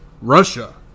Russia